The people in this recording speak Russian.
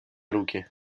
руки